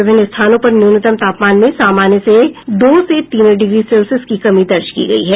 विभिन्न स्थानों पर न्यूनतम तापमान में सामान्य से दो से तीन डिग्री सेल्सियस की कमी दर्ज की गयी है